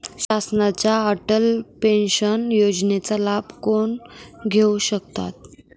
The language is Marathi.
शासनाच्या अटल पेन्शन योजनेचा लाभ कोण घेऊ शकतात?